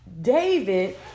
David